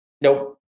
Nope